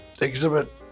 exhibit